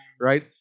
Right